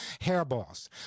hairballs